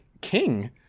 King